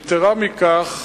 יתירה מזו,